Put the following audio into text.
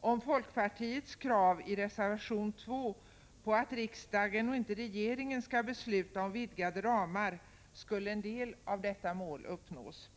Om man biföll folkpartiets krav i reservation 2 på att riksdagen och inte regeringen skall besluta om vidgade ramar, skulle en del av detta mål uppnås.